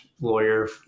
lawyer